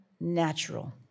natural